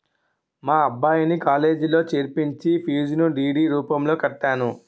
మా అబ్బాయిని కాలేజీలో చేర్పించి ఫీజును డి.డి రూపంలో కట్టాను